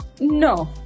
No